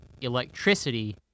electricity